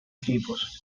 equipos